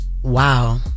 wow